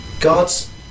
God's